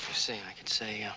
see. i can say, ah.